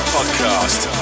Podcast